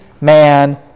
man